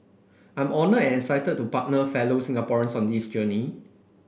I'm honoured and excited to partner fellow Singaporeans on this journey